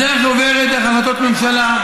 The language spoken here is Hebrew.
הדרך עוברת דרך החלטות ממשלה.